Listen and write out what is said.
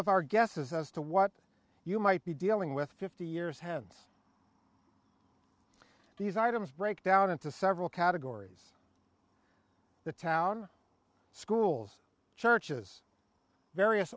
of our guesses as to what you might be dealing with fifty years hence these items break down into several categories the town schools churches various